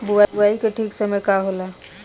बुआई के ठीक समय का होला?